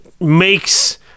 makes